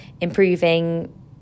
improving